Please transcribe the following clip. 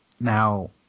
Now